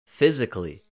physically